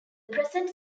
present